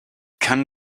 kann